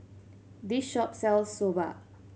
this shop sells Soba